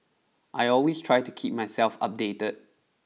I always try to keep myself updated